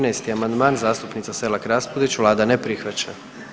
13. amandman, zastupnica Selak Raspudić, Vlada ne prihvaća.